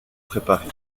préparés